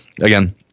again